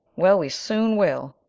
well, we soon will.